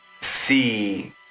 see